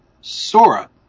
Sora